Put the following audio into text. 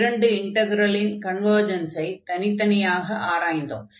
இரண்டு இண்டக்ரலின் கன்வர்ஜன்ஸைத் தனித்தனியாக ஆராய்ந்தோம்